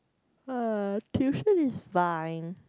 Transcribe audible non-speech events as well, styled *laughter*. *noise* tuition is fine